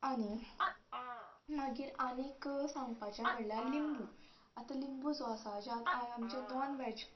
आनी मागीर आनीक सांगपाचे म्हल्यार लिंबू आता लिंबू जो आसा ज्यात आमचे नॉन वेज